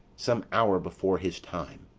some hour before his time,